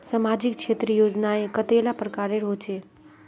सामाजिक क्षेत्र योजनाएँ कतेला प्रकारेर होचे?